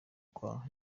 kwa